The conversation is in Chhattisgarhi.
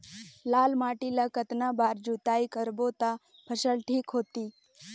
लाल माटी ला कतना बार जुताई करबो ता फसल ठीक होती?